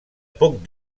poc